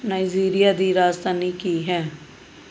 Nigeria ਦੀ ਰਾਜਧਾਨੀ ਕੀ ਹੈ